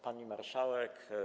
Pani Marszałek!